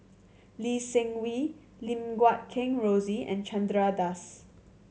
Lee Seng Wee Lim Guat Kheng Rosie and Chandra Das